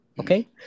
Okay